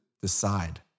decide